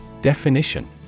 Definition